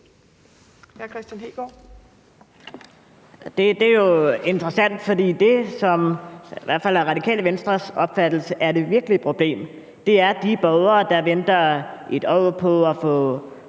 Det er jo interessant, for det, som i hvert fald efter Radikale Venstres opfattelse er det virkelige problem, er, at der er borgere, der venter et år på at få